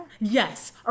Yes